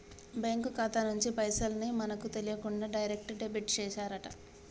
bank ఖాతా నుంచి పైసల్ ని మనకు తెలియకుండా డైరెక్ట్ డెబిట్ చేశారట